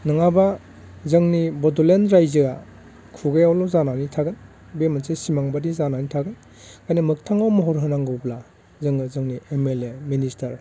नङाब्ला जोंनि बड'लेण्ड रायजोआ खुगायावल' जानानै थागोन बे मोनसे सिमांबादि जानानै थागोन ओंखायनो मोखथाङाव महर होनांगौब्ला जोङो जोंनि एम एल ए मिनिस्टार